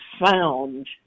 found